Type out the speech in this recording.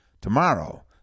Tomorrow